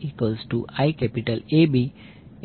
મળશે